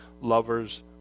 lovers